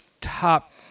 top